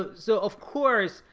ah so of course,